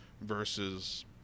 versus